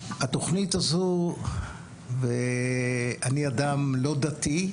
התוכנית הזו ואני אדם לא דתי,